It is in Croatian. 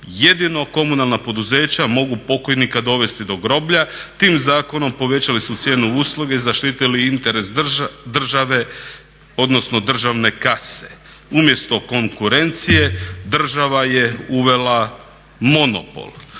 jedino komunalna poduzeća mogu pokojnika dovesti do groblja, tim zakonom povećali su cijenu usluge i zaštiti interes države odnosno državne kase. Umjesto konkurencije država je uvela monopol.